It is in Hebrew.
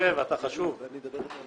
שב ליד השולחן.